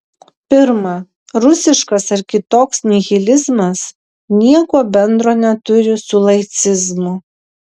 pirma rusiškas ar kitoks nihilizmas nieko bendro neturi su laicizmu